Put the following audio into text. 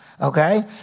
okay